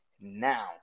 now